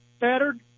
battered